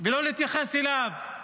ולא להתייחס אליו.